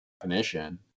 definition